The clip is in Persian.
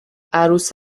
عروس